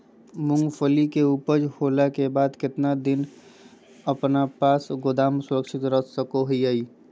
मूंगफली के ऊपज होला के बाद कितना दिन अपना पास गोदाम में सुरक्षित रख सको हीयय?